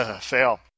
Fail